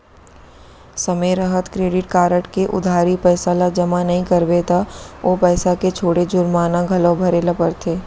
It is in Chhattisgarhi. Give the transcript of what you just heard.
समे रहत क्रेडिट कारड के उधारी पइसा ल जमा नइ करबे त ओ पइसा के छोड़े जुरबाना घलौ भरे ल परथे